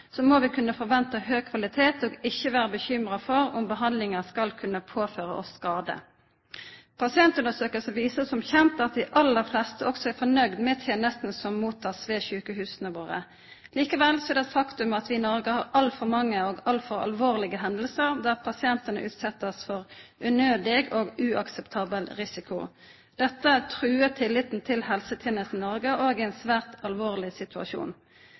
så spesialutvikla helsestell som vi har, må vi kunne venta høg kvalitet og ikkje vera urolege for om behandlinga skal kunne påføra oss skadar. Pasientundersøkingar viser som kjent at dei aller fleste også er fornøgde med tenestene dei mottek ved sjukehusa våre. Likevel er det eit faktum at vi i Noreg har altfor mange og altfor alvorlege hendingar der pasientane blir utsette for unødig og uakseptabel risiko. Dette trugar tilliten til helsetenestene i Noreg og er ein svært alvorleg situasjon.